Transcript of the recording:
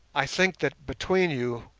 i think that between you,